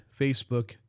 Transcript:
Facebook